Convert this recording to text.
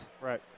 Right